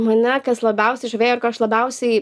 mane kas labiausiai žavėjo ir ko aš labiausiai